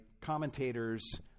commentators